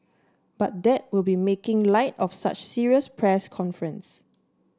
but that would be making light of such serious press conference